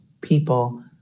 people